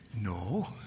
No